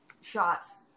shots